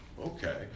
Okay